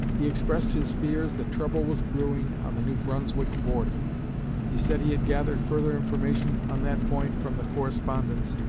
he expressed his fears that trouble was brewing on the new brunswick border he said he had gathered further information on that point from the correspondence,